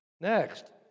Next